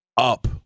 up